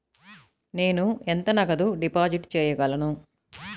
నేను ఎంత నగదు డిపాజిట్ చేయగలను?